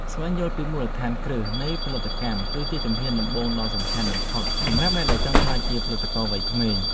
ស្វែងយល់ពីមូលដ្ឋានគ្រឹះនៃផលិតកម្មគឺជាជំហានដំបូងដ៏សំខាន់បំផុតសម្រាប់អ្នកដែលចង់ក្លាយជាផលិតករវ័យក្មេង។